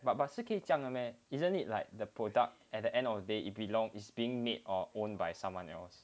but but 是可以这样的 meh isn't it like the product at the end of the day it belong is being made or owned by someone else